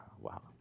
Wow